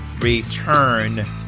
return